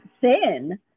thin